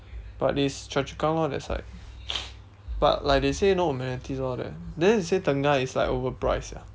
but it's chua-chu-kang lor that side but like they say no amenities all that then they say tengah is like overpriced sia